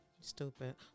Stupid